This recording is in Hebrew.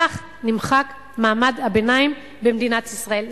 כך נמחק מעמד הביניים במדינת ישראל.